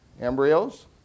embryos